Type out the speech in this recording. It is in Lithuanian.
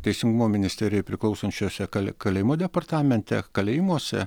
teisingumo ministerijai priklausančiuose kalė kalėjimų departamente kalėjimuose